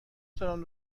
سرم